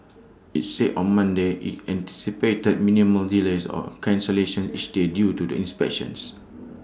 IT said on Monday IT anticipated minimal delays or cancellations each day due to the inspections